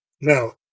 Now